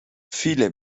viele